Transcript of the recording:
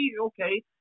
okay